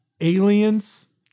Aliens